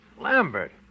Lambert